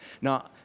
Now